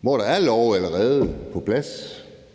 hvor der allerede er lov